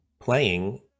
playing